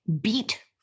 beat